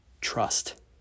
trust